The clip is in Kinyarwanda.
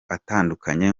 atandukanye